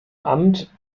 amt